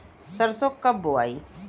सरसो कब बोआई?